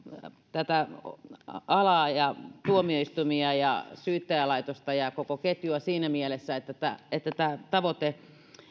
tätä alaa tuomioistuimia ja syyttäjälaitosta ja koko ketjua siinä mielessä että tämä tavoite